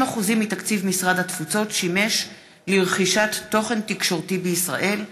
50% מתקציב משרד התפוצות שימש לרכישת תוכן תקשורתי בישראל.